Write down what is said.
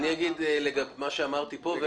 אגיד את מה שאמרתי פה,